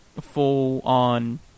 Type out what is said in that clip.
full-on